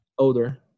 older